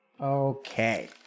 okay